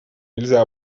нельзя